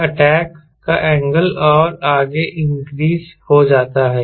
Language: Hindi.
तो अटैक का एंगल और आगे इंक्रीज़ हो जाता है